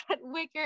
Wicker